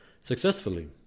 successfully